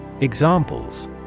Examples